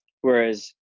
Whereas